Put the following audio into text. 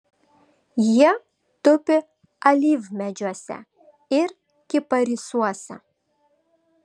jie tupi alyvmedžiuose ir kiparisuose